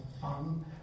fun